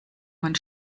man